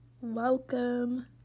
Welcome